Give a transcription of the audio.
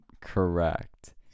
correct